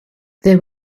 there